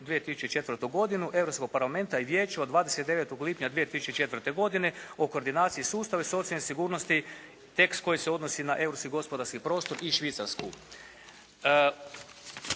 883/2004 godinu Europskog parlamenta i Vijeća od 29. lipnja 2004. godine o koordinaciji sustava socijalne sigurnosti tekst koji se odnosi na europski gospodarski prostor i Švicarsku.